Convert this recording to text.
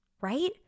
right